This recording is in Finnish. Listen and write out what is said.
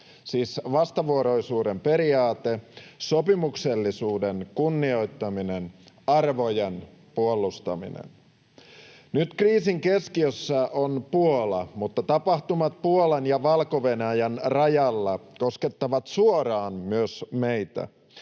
siis vastavuoroisuuden periaate, sopimuksellisuuden kunnioittaminen, arvojen puolustaminen. Nyt kriisin keskiössä on Puola, mutta tapahtumat Puolan ja Valko-Venäjän rajalla koskettavat suoraan myös meitä.